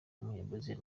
w’umunyabrazil